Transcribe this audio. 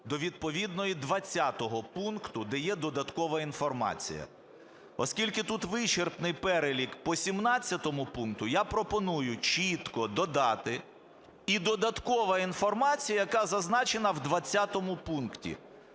до відповідного 20 пункту, де є додаткова інформація. Оскільки тут вичерпний перелік по 17 пункту, я пропоную чітко додати, і додаткова інформація, яка зазначена в 20 пункті.